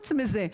חוץ מזה,